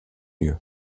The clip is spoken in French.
lieu